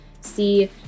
see